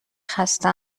خسته